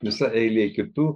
visa eilė kitų